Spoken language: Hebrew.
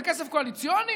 או מכסף קואליציוני?